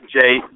Jay